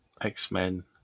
X-Men